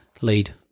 lead